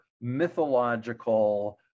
mythological